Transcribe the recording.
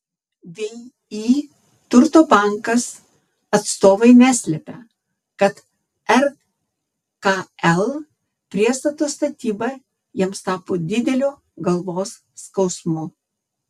vį turto bankas atstovai neslepia kad rkl priestato statyba jiems tapo dideliu galvos skausmu